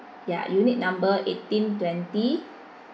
ya unit number eighteen twenty